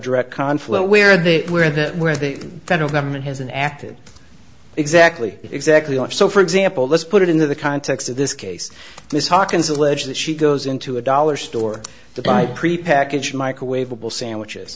direct conflict where the where the where the federal government has an acted exactly exactly and so for example let's put it into the context of this case this hawkins allege that she goes into a dollar store to buy prepackaged microwavable sandwiches